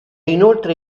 inoltre